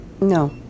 No